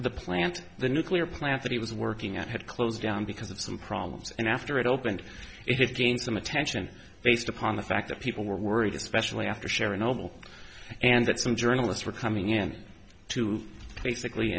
the plant the nuclear plant that he was working at had closed down because of some problems and after it opened it gained some attention based upon the fact that people were worried especially after sharon noble and that some journalists were coming in to basically